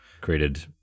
created